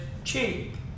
Cheap